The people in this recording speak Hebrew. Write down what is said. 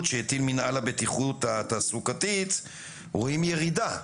שהטיל מינהל הבטיחות התעסוקתית רואים ירידה.